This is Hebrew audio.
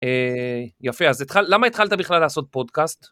יפה, אז למה התחלת בכלל לעשות פודקאסט?